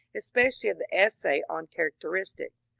especially of the essay on characteristics.